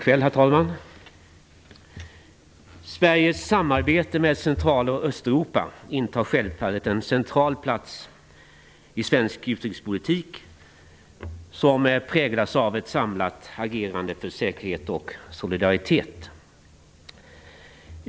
Herr talman! Sveriges samarbete med Central och Östeuropa intar självfallet en central plats i svensk utrikespolitik, som präglas av ett samlat agerande för säkerhet och solidaritet.